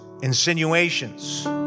insinuations